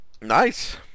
nice